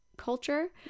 culture